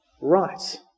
right